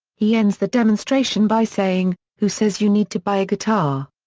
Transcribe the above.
he ends the demonstration by saying, who says you need to buy a guitar?